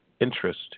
interest